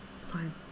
Fine